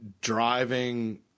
driving